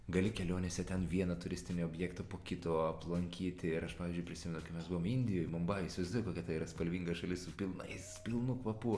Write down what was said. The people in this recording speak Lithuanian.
gali kelionėse ten vieną turistinį objektą po kito aplankyti ir aš pavyzdžiui prisimenu kai mes buvom indijoj mumbajuj įsivaizduoji kokia tai yra spalvinga šalis su pilnais pilnu kvapu